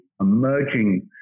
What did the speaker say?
emerging